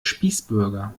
spießbürger